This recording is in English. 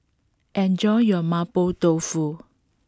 enjoy your Mapo Tofu